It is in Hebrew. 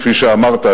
כפי שאמרת,